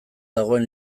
dagoen